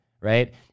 right